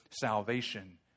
salvation